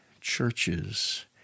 churches